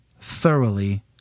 thoroughly